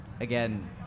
again